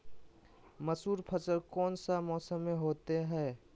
मसूर फसल कौन सा मौसम में होते हैं?